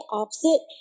opposite